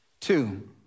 Two